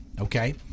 okay